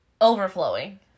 Overflowing